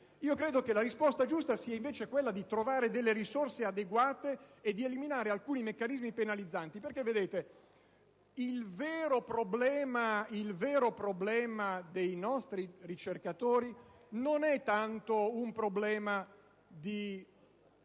Credo che la risposta giusta sia invece quella di trovare delle risorse adeguate e di eliminare alcuni meccanismi penalizzanti, perché il vero problema dei nostri ricercatori non è tanto nei meccanismi